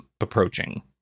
approaching